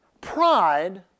pride